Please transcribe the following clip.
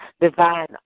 divine